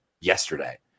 yesterday